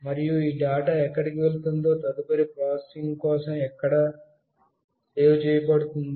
మరియు ఈ డేటా ఎక్కడికి వెళుతుంది తదుపరి ప్రాసెసింగ్ కోసం ఈ డేటా ఎక్కడో ఒక చోట సేవ్ చేయబడుతుంది